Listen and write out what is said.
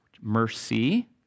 mercy